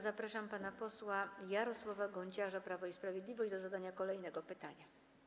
Zapraszam pana posła Jarosława Gonciarza, Prawo i Sprawiedliwość, do zadania kolejnego pytania.